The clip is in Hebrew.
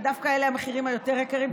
ודווקא אלה המחירים היותר-יקרים,